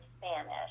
Spanish